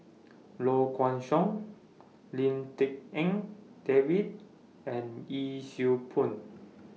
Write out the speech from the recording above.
Low Kway Song Lim Tik En David and Yee Siew Pun